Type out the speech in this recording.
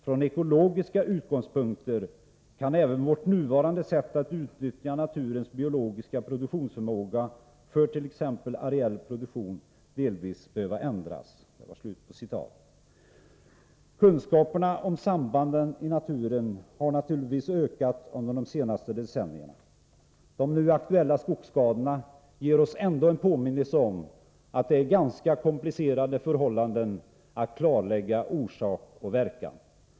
Från ekologiska utgångspunkter kan även vårt nuvarande sätt att utnyttja naturens biologiska produktionsförmåga för t.ex. areell produktion delvis behöva ändras. Kunskaperna om sambanden i naturen har naturligtvis ökat under de senaste decennierna. De nu aktuella skogsskadorna ger oss ändå en påminnelse om att det är ganska komplicerat att klarlägga orsak och verkan.